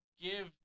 give